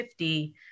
50